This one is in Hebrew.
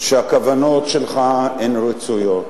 שהכוונות שלך הן רצויות.